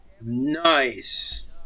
nice